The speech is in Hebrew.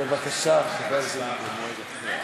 בבקשה, סוכם שההצבעה במועד אחר.